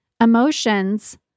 emotions